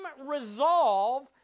resolve